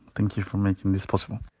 thank you for making this possible.